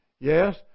Yes